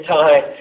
time